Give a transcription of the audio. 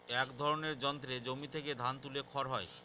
এক ধরনের যন্ত্রে জমি থেকে ধান তুলে খড় হয়